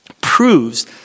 proves